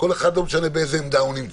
לא משנה באיזו עמדה כל אחד אוחז.